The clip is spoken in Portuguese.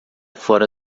fora